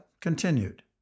continued